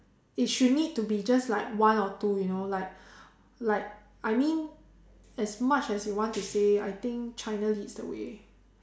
it should need to be just like one or two you know like like I mean as much as you want to say I think China leads the way